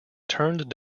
turned